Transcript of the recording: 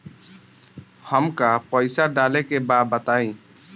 हमका पइसा डाले के बा बताई